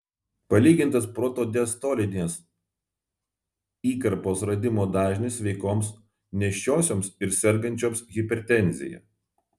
palygintas protodiastolinės įkarpos radimo dažnis sveikoms nėščiosioms ir sergančioms hipertenzija